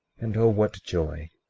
and oh, what joy,